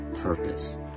purpose